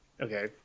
Okay